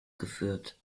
geführt